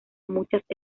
muchas